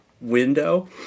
window